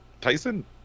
Tyson